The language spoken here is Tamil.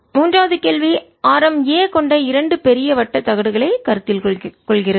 மாணவர் மூன்றாவது கேள்வி ஆரம் A கொண்ட இரண்டு பெரிய வட்டத் தகடுகளை கருத்தில் கொள்கிறது